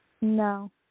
No